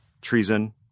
treason